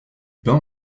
pain